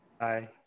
Bye